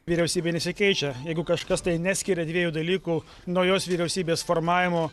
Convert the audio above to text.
vyriausybė nesikeičia jeigu kažkas tai neskiria dviejų dalykų naujos vyriausybės formavimo